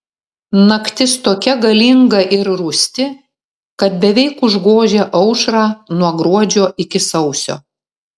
naktis tokia galinga ir rūsti kad beveik užgožia aušrą nuo gruodžio iki sausio